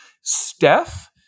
Steph